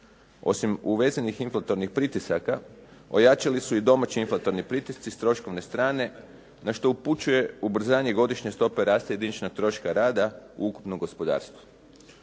Osim uvezenih inflatornih pritisaka ojačali su i domaći inflatorni pritisci s troškovne strane na što upućuje ubrzanje godišnje stope rasta i jediničnog troška rada u ukupnom gospodarstvu.